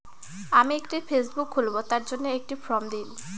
আমি একটি ফেসবুক খুলব তার জন্য একটি ফ্রম দিন?